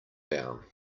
down